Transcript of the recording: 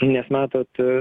nes matot